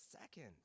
second